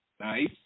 Nice